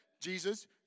Jesus